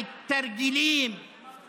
התרגילים האלה